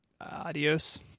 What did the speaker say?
Adios